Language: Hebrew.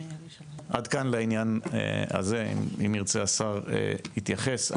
עד כאן לעניין הזה, אם ירצה השר יתייחס.